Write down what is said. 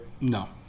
No